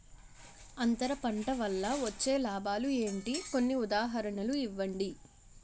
అంతర పంట వల్ల వచ్చే లాభాలు ఏంటి? కొన్ని ఉదాహరణలు ఇవ్వండి?